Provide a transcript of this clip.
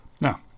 Now